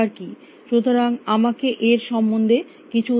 সুতরাং আমাকে এর সম্বন্ধে কিছু ধারণা দিতে দাও